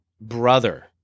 brother